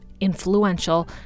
influential